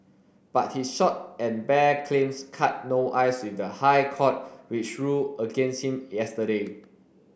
but his short and bare claims cut no ice with the High Court which ruled against him yesterday